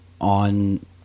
on